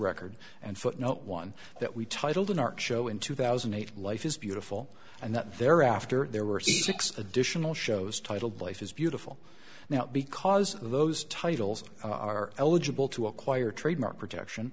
record and footnote one that we titled an art show in two thousand and eight life is beautiful and that thereafter there were six additional shows titled life is beautiful now because those titles are eligible to acquire trademark protection